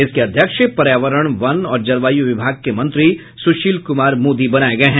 इसके अध्यक्ष पर्यावरण वन और जलवायु विभाग के मंत्री सुशील कुमार मोदी बनाये गये हैं